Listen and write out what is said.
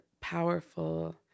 powerful